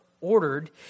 ordered